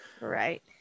Right